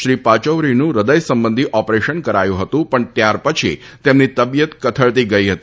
શ્રી પાચૌરીનું હૃદય સંબંધી ઓપરેશન કરાયું હતું પણ ત્યારપછી તેમની તબિયત કથળતી ગઈ હતી